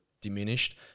diminished